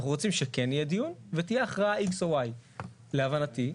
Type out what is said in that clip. אנחנו רוצים שכן יהיה דיון ותהיה הכרעה X או Y. להבנתי,